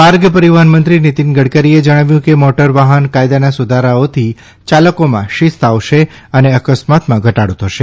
માર્ગ પરિવહન મંત્રી નિતીન ગડકરીએ જણાવ્યું છે કે મોટર વાહન કાયદાના સુધારાઓથી ચાલકોમાં શીસ્ત આવશે અને અકસ્માતમાં ઘટાડો થશે